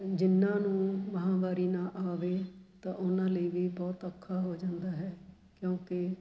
ਜਿੰਨਾਂ ਨੂੰ ਮਹਾਂਵਾਰੀ ਨਾ ਆਵੇ ਤਾਂ ਉਹਨਾਂ ਲਈ ਵੀ ਬਹੁਤ ਔਖਾ ਹੋ ਜਾਂਦਾ ਹੈ ਕਿਉਂਕਿ